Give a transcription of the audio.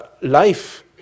life